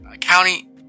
county